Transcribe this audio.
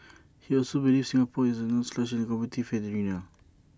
he also believes Singapore is no slouch in the competitive arena